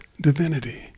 divinity